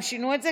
הם שינו את זה?